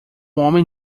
homem